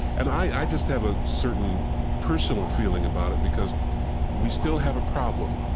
and i just have a certain personal feeling about it because we still have a problem,